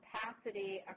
capacity